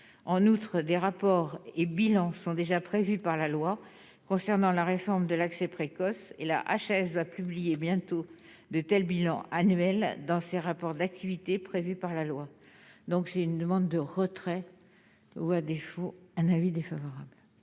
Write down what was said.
en outre des rapports et bilan sont déjà prévues par la loi concernant la réforme de l'accès précoce et la HAS va publier bientôt de tels bilan annuel dans ses rapports d'activités prévues par la loi. Donc c'est une demande de retrait ou à défaut un avis défavorable.